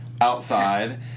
outside